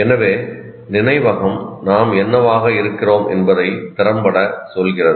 எனவே நினைவகம் நாம் என்னவாக இருக்கிறோம் என்பதை திறம்பட சொல்கிறது